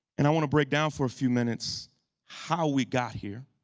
and i want to break down for a few minutes how we got here.